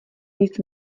nic